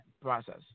process